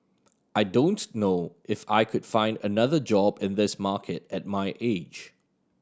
I don't know if I could find another job in this market at my age